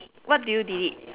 what do you delete